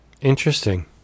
Interesting